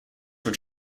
were